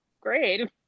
great